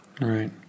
Right